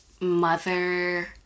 mother